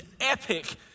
epic